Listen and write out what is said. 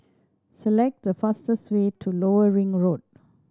select the fastest way to Lower Ring Road